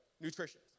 Nutrition